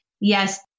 Yes